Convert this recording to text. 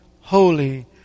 holy